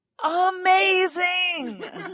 amazing